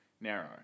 narrow